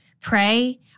pray